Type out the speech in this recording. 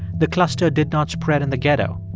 the cluster did not spread in the ghetto.